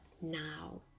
Now